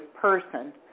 person